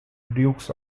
dukes